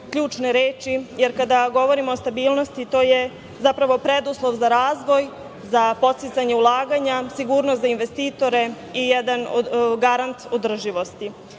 ključne reči, jer kada govorimo o stabilnosti, to je, zapravo, preduslov za razvoj, za podsticanje ulaganja, sigurnost za investitore i garant održivosti.